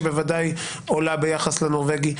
שבוודאי עולה ביחס לנורבגי.